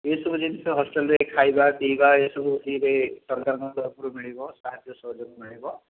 ଏସବୁ ଜିନିଷ ହଷ୍ଟେଲ୍ରେ ଖାଇବା ପିଇବା ଏସବୁ ଫ୍ରୀରେ ସରକାରଙ୍କ ତରଫରୁ ମିଳିବ ସାହାଯ୍ୟ ସହଯୋଗ ମିଳିବ